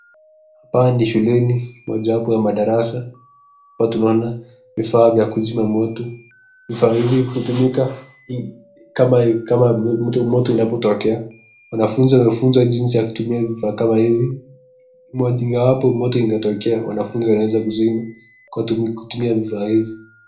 Hapa ni shuleni moja wapo ya madarasa hapa tunaona vifaa vya kuzima moto vifaa hivi khutumika kama moto unapotekea. Wanafunzi wamefunzwa jinsi ya kutumia vifaa kama hivi moja wapo moto ingetokea wanafunzi wanaweza kuzima kutumia vifaa hivi.